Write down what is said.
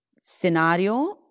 scenario